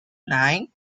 nine